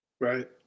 Right